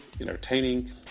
entertaining